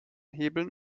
hebeln